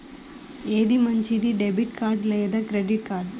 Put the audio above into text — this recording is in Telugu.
ఏది మంచిది, డెబిట్ కార్డ్ లేదా క్రెడిట్ కార్డ్?